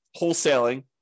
wholesaling